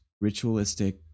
ritualistic